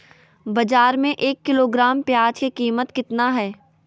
बाजार में एक किलोग्राम प्याज के कीमत कितना हाय?